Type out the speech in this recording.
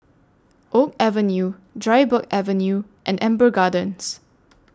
Oak Avenue Dryburgh Avenue and Amber Gardens